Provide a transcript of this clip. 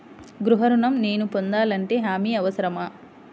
గృహ ఋణం నేను పొందాలంటే హామీ అవసరమా?